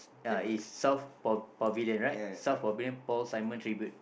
ya is south pa~ pavilion right South Pavilion Paul Simon Tribute